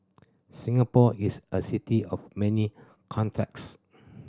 Singapore is a city of many contrasts